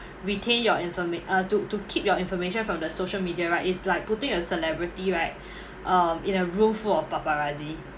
retain your informa~ uh to to keep your information from the social media right is like putting a celebrity right um in a room full of paparazzi